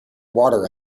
water